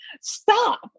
Stop